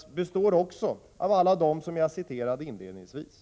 — är uppenbarligen också alla dem som jag nämnde i mitt inledningsanförande.